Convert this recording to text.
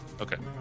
Okay